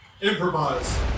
Improvise